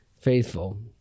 faithful